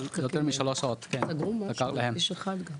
יותר משלוש שעות לקח להם.